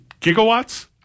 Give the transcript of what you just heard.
gigawatts